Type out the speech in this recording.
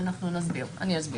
אני אסביר.